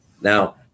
Now